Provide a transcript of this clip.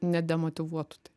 ne demotyvuotų tai